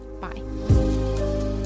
Bye